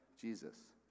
Jesus